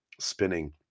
spinning